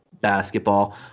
basketball